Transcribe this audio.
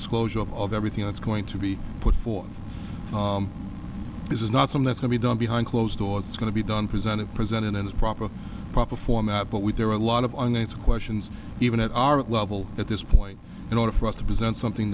this closure of everything that's going to be put forth this is not some this can be done behind closed doors it's going to be done presented presented in its proper proper format but we there are a lot of unanswered questions even at our level at this point in order for us to present something